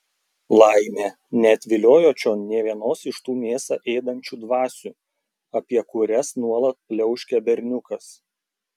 laimė neatviliojo čion nė vienos iš tų mėsą ėdančių dvasių apie kurias nuolat pliauškia berniukas